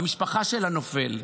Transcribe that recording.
במשפחה של הנופל.